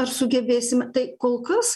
ar sugebėsim tai kol kas